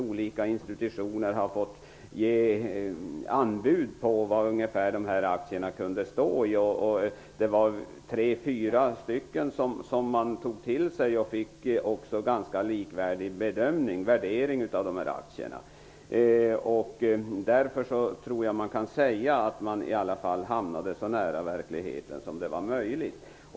Olika institutioner har fått ge anbud på ungefär hur mycket aktierna kunde tänkas vara värda. I tre fyra fall blev värderingen ganska likvärdig. Därför kan det nog sägas att man hamnade så nära verkligheten som det var möjligt.